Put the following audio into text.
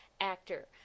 actor